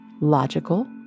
logical